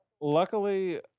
Luckily